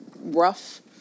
rough